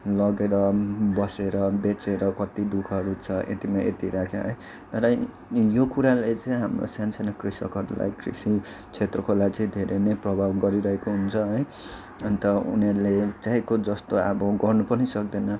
लगेर बसेर बेचेर कति दुखःहरू छ यतिमा यति राखेँ है तर यो कुरालाई चाहिँ हाम्रो सानो सानो कृषकहरूलाई कृषि क्षेत्रकोहरूलाई चाहिँ धेरै नै प्रभाव गरिरहेको हुन्छ है अन्त उनीहरूले चाहेको जस्तो अब गर्नु पनि सक्दैन